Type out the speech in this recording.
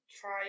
try